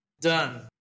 done